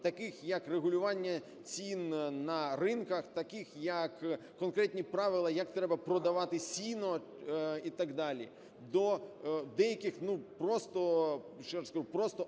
таких як регулювання цін на ринках, таких як конкретні правила як треба продавати сіно і так далі, до деяких ну просто,